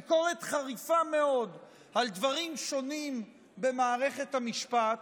ביקורת חריפה מאוד על דברים שונים במערכת המשפט,